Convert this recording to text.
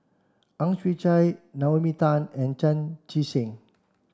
Ang Chwee Chai Naomi Tan and Chan Chee Seng